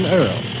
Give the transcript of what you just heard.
Earl